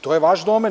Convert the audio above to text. To je vaš domen.